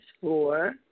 four